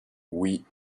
oui